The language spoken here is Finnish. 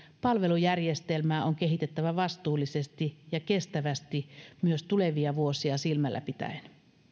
palvelujärjestelmää on kehitettävä vastuullisesti ja kestävästi myös tulevia vuosia silmällä pitäen